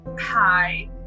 Hi